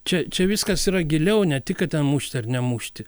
čia čia viskas yra giliau ne tik kad ten mušti ar nemušti